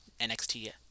NXT